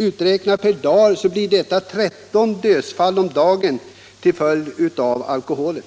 Uträknat per dag blir detta 13 dödsfall om dagen till fölid av alkoholen.